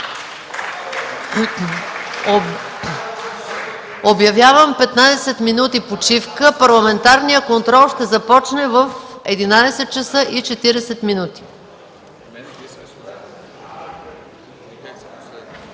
Обявявам 15 минути почивка. Парламентарният контрол ще започне в 11,40 часа.